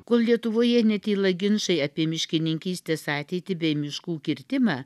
kol lietuvoje netyla ginčai apie miškininkystės ateitį bei miškų kirtimą